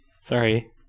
Sorry